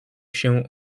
się